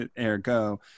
Ergo